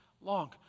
long